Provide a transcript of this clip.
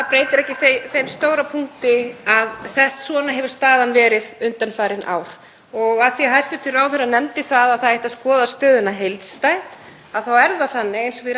þá er það þannig, eins og við ræddum hérna fyrr í kvöld, að það eru biðlistar líka í fangelsismálunum. Menn bíða eftir afplánun. Það er skortur á meðferðarúrræðum.